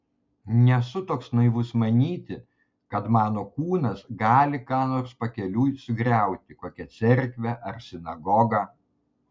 nesu toks naivus manyti kad mano kūnas gali ką nors pakeliui sugriauti kokią cerkvę ar sinagogą